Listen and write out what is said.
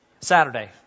Saturday